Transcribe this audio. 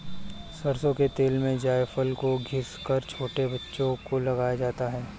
सरसों के तेल में जायफल को घिस कर छोटे बच्चों को लगाया जाता है